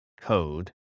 code